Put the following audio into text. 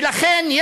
ולכן,